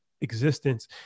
existence